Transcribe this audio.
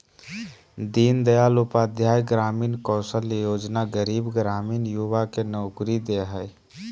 दीन दयाल उपाध्याय ग्रामीण कौशल्य योजना गरीब ग्रामीण युवा के नौकरी दे हइ